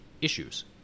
issues